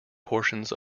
portions